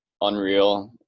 unreal